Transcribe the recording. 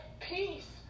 peace